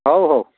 ହଉ ହଉ